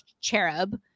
cherub